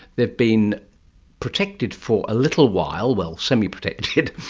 they've been protected for a little while, well, semi protected.